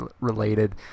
related